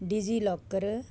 DigiLocker